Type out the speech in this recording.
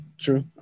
True